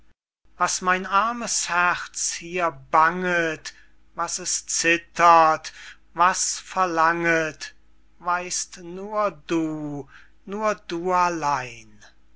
was mein armes herz hier banget was es zittert was verlanget weißt nur du nur du allein